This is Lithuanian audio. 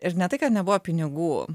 ir ne tai kad nebuvo pinigų